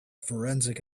forensic